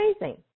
amazing